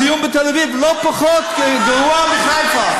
הזיהום בתל-אביב לא פחות גרוע מבחיפה.